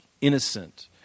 innocent